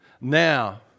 Now